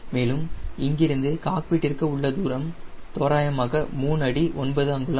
மேலும் இங்கிருந்து காக்பிட்டிற்கு உள்ள தூரம் தோராயமாக 3 அடி 9 அங்குலம்